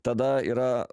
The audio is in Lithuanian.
tada yra